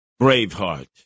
Braveheart